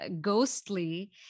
ghostly